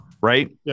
right